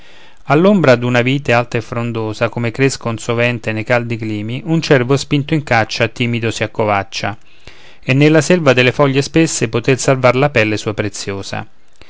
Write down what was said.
vite all'ombra d'una vite alta e frondosa come crescon sovente nei caldi climi un cervo spinto in caccia timido si accovaccia e nella selva delle foglie spesse poté salvar la pelle sua preziosa